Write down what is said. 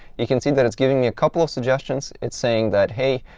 you can see that it's giving me a couple of suggestions. it's saying that, hey,